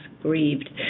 grieved